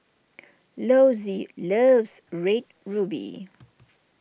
Lossie loves Red Ruby